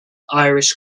irish